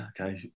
okay